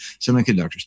semiconductors